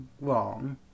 wrong